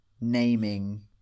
naming